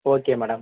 okay madam